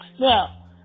Now